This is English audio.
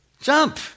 Jump